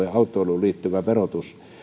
ja autoiluun liittyvä verotus on tullut